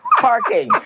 Parking